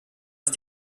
ist